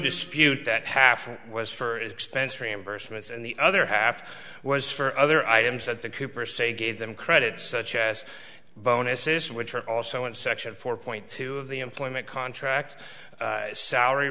dispute that half was for is expense reimbursement and the other half was for other items that the coopers say gave them credit such as bonuses which are also in section four point two of the employment contract salary